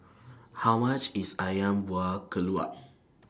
How much IS Ayam Buah Keluak